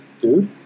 dude